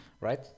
right